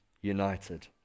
united